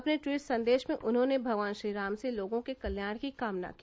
अपने ट्वीट संदेश में उन्होंने भगवान श्रीराम से लोगों के कल्याण की कामना की